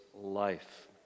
life